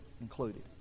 included